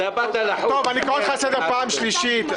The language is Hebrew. --- אני קורא אותך לסדר בפעם השלישית.